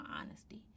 honesty